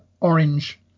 orange